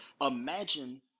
imagine